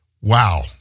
Wow